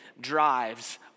drives